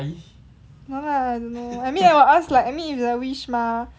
no lah I don't know I mean I will ask like I mean if it's a wish mah